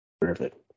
Perfect